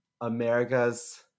America's